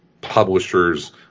publishers